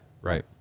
Right